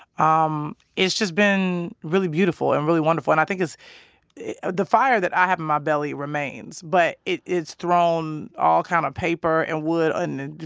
um it's just been really beautiful and really wonderful and i think it's the fire that i have in my belly remains, but it's thrown all kind of paper and wood, and and